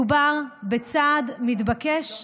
מדובר בצעד מתבקש,